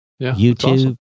YouTube